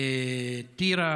טירה,